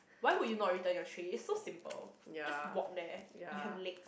why would you not return your tray it's so simple you just walk there you have leg